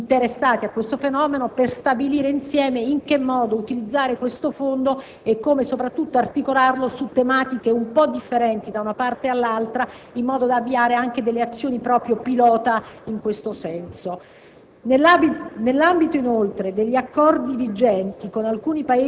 Abbiamo già avuto un primo incontro con i sette Comuni italiani più interessati a questo fenomeno per stabilire insieme in che modo utilizzare questo fondo e come soprattutto articolarlo su tematiche un po' differenti da una parte all'altra in modo da avviare anche proprio delle azioni pilota in questo senso.